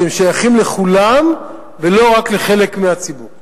שהם שייכים לכולם ולא רק לחלק מהציבור.